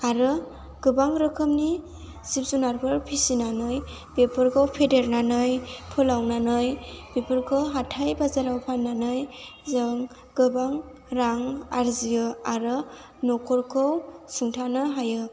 आरो गोबां रोखोमनि जिब जुनारफोर फिसिनानै बेफोरखौ फेदेरनानै फोलावनानै बेफोरखौ हाथाइ बाजाराव फाननानै जों गोबां रां आर्जियो आरो न'खरखौ सुंथानो हायो